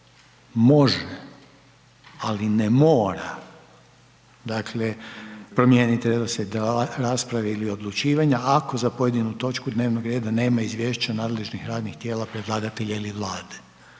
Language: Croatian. može, ali ne mora, dakle, promijeniti redoslijed rasprave ili odlučivanja ako za pojedinu točku dnevnog reda nema izvješća nadležnih radnih tijela predlagatelja ili Vlade.